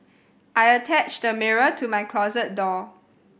I attached the mirror to my closet door